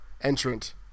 entrant